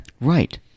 Right